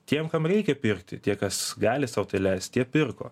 tiem kam reikia pirkti tie kas gali sau leist jie pirko